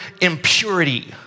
impurity